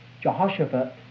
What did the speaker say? Jehoshaphat